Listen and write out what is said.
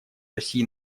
россии